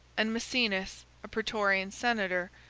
and maecenas, a praetorian senator,